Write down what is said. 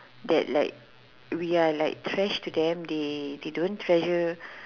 that like we're like trash to them they they don't treasure